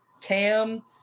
Cam